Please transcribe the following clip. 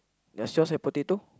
does yours have potato